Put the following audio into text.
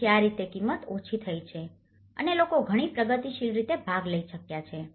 તેથી આ રીતે કિંમત ઓછી થઈ છે અને લોકો ઘણી પ્રગતિશીલ રીતે ભાગ લઈ શક્યા છે